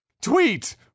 tweet